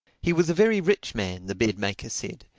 he was very rich man, the bed-maker said,